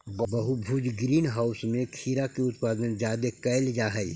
बहुभुज greenhouse में खीरा के उत्पादन जादे कयल जा हई